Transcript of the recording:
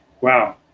Wow